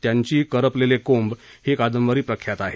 त्यांची करपलेले कोंब ही कादंबरी प्रख्यात आहे